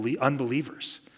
unbelievers